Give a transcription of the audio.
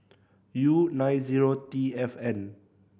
U nine zero T F N